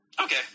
Okay